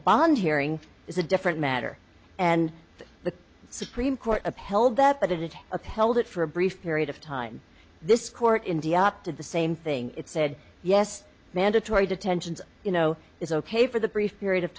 bond hearing is a different matter and supreme court upheld that but it appellate for a brief period of time this court indeed did the same thing it said yes mandatory detentions you know it's ok for the brief period of